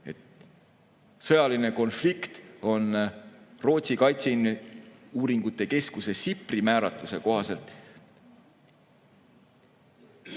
Sõjaline konflikt on Rootsi kaitseuuringute keskuse SIPRI määratluse kohaselt